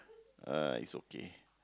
uh it's okay